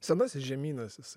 senasis žemynas